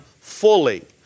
fully